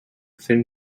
thin